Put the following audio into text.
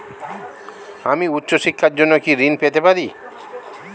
আমি উচ্চশিক্ষার জন্য কি ঋণ পেতে পারি?